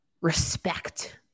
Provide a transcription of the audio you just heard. respect